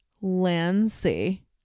Lancy